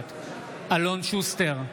נוכחת אלון שוסטר,